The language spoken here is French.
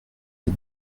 les